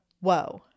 whoa